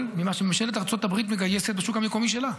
ממה שממשלת ארצות הברית מגייסת בשוק המקומי שלה,